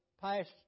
past